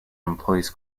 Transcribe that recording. employs